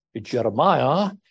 Jeremiah